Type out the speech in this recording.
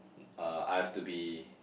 uh I have to be